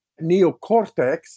neocortex